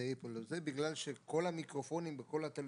לא לזה אתם מתכוונים.